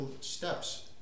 steps